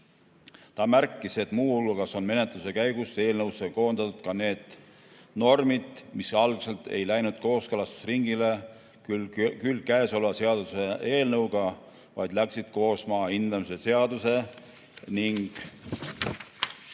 Ta märkis, et muu hulgas on menetluse käigus eelnõusse koondatud ka need normid, mis algselt ei läinud kooskõlastusringile käesoleva seaduseelnõu raames, vaid maa hindamise seaduse,